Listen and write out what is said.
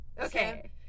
Okay